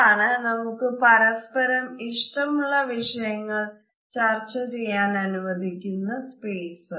ഇതാണ് നമുക്ക് പരസ്പരം ഇഷ്ടമുള്ള വിഷയങ്ങൾ ചർച്ച ചെയ്യാൻ അനുവദിക്കുന്ന സ്പേസ്